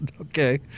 okay